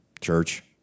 church